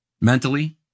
mentally